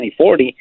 2040